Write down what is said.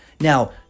Now